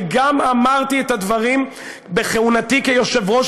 וגם אמרתי את הדברים בכהונתי כיושב-ראש